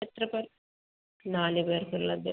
എത്ര പേർ നാല് പേർക്ക് ഉള്ളത്